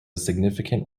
significant